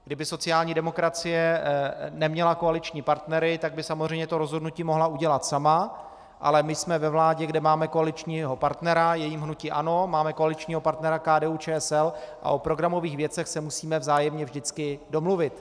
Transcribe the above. Kdyby sociální demokracie neměla koaliční partnery, samozřejmě by rozhodnutí mohla udělat sama, ale my jsem ve vládě, kde máme koaličního partnera, je jím hnutí ANO, máme koaličního partnera KDUČSL a o programových věcech se musíme vzájemně vždycky domluvit.